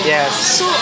Yes